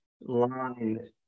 line